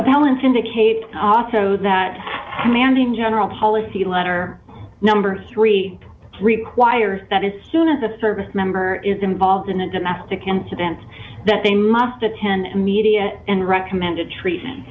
a balance indicate also that commanding general policy letter number three requires that as soon as a service member is involved in a domestic incident that they must attend immediate and recommended